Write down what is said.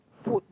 food